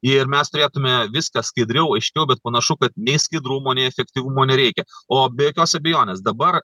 ir mes turėtume viską skaidriau aiškiau bet panašu kad nei skaidrumo nei efektyvumo nereikia o be jokios abejonės dabar